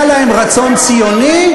היה להם רצון ציוני,